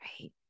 Right